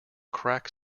crack